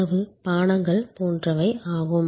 உணவு பானங்கள் போன்றவை ஆகும்